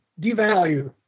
devalue